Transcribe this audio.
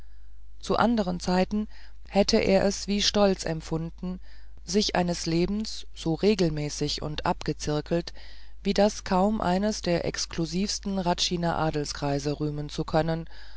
zu anderen zeiten hätte er es wie stolz empfunden sich eines lebens so regelmäßig und abgezirkelt wie das kaum eines der exklusivsten hradschiner adelskreise rühmen zu können